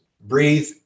breathe